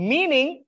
Meaning